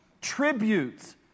Tributes